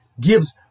gives